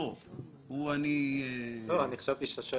זאת אומרת שהדברים שאומר יושב-ראש דירקטוריון החברה,